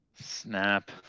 Snap